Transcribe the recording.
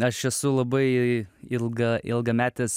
aš esu labai ilga ilgametis